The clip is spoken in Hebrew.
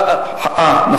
מה